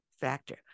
factor